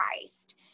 Christ